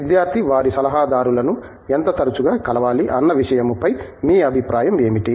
విద్యార్థి వారి సలహాదారులను ఎంత తరచుగా కలవాలి అన్న విషయము పై మీ అభిప్రాయం ఏమిటి